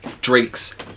drinks